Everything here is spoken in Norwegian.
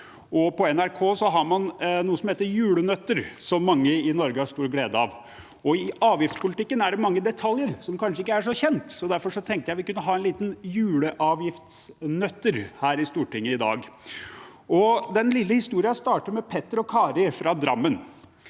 På NRK har man noe som heter Julenøtter, som mange i Norge har stor glede av. I avgiftspolitikken er det mange detaljer som kanskje ikke er så kjent, så derfor tenkte jeg vi kunne ha Juleavgiftsnøtter her i Stortinget i dag. Den lille historien starter med Petter og Kari fra Drammen.